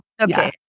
Okay